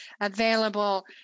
available